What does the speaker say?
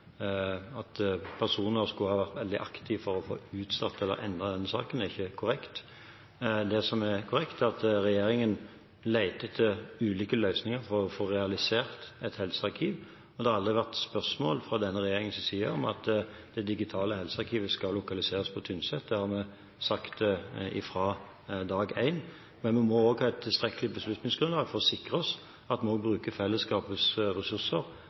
at personer skal ha vært veldig aktive for å få utsatt eller endret denne saken, ikke korrekt. Det som er korrekt, er at regjeringen leter etter ulike løsninger for å få realisert et helsearkiv. Det har aldri vært spørsmål fra denne regjeringens side om hvorvidt det digitale helsearkivet skal lokaliseres på Tynset, det har vi sagt fra dag én, men vi må også ha et tilstrekkelig beslutningsgrunnlag for å sikre at vi bruker fellesskapets ressurser